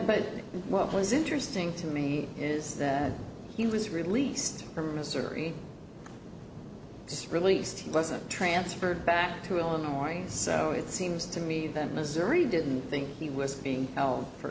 but what was interesting to me is that he was released from a surgery just released he wasn't transferred back to illinois so it seems to me that missouri didn't think he was being held for